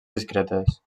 discretes